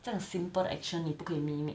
这样 simple 的 action 你不可以 mimic